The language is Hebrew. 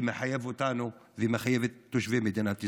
שמחייב אותנו ומחייב את תושבי מדינת ישראל.